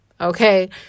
Okay